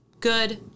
good